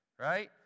right